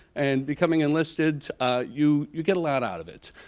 and becoming enlisted you you get a lot out of it.